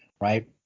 right